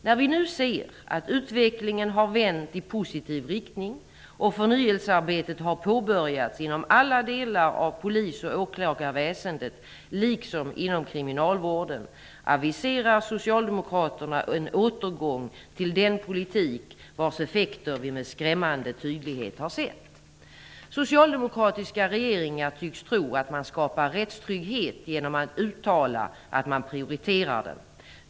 När vi nu ser att utvecklingen har vänt i positiv riktning och förnyelsearbetet har påbörjats inom alla delar av polis och åklagarväsendet, liksom inom kriminalvården, aviserar Socialdemokraterna en återgång till den politik vars effekter vi med skrämmande tydlighet har sett. Socialdemokratiska regeringar tycks tro att man skapar rättstrygghet genom att uttala att man prioriterar den.